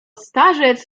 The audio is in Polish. starzec